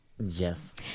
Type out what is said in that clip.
Yes